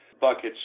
buckets